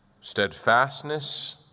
steadfastness